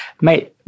mate